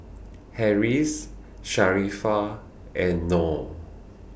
Harris Sharifah and Noh